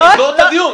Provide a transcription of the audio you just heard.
אני אסגור את הדיון,